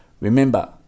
Remember